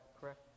correct